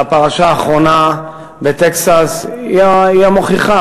והפרשה האחרונה בטקסס היא המוכיחה,